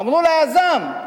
אמרו ליזם: